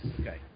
Okay